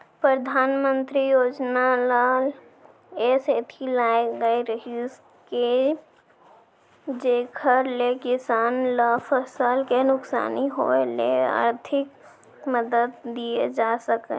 परधानमंतरी योजना ल ए सेती लाए गए रहिस हे जेकर ले किसान ल फसल के नुकसानी होय ले आरथिक मदद दिये जा सकय